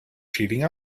cheating